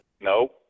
No